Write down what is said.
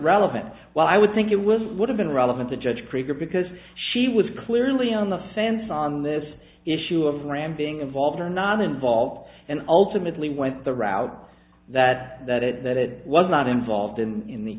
relevant well i would think it was would have been relevant to judge previous because she was clearly in the sense on this issue of ram being involved or not involved and ultimately went the route that that it that it was not involved in